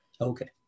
Okay